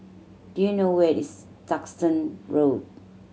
do you know where is Duxton Road